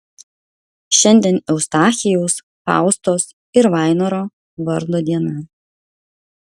šiandien eustachijaus faustos ir vainoro vardo diena